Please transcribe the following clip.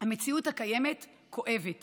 המציאות הקיימת כואבת